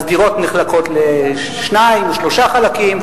אז דירות נחלקות לשניים או לשלושה חלקים,